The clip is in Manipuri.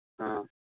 ꯑꯥ